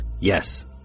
Yes